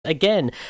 again